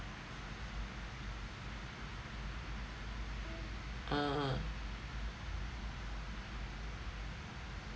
ah